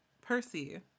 Percy